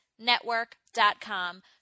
network.com